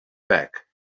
back